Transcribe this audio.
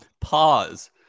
Pause